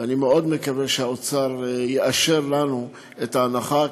ואני מאוד מקווה שהאוצר יאשר לנו את ההנחה.